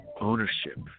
ownership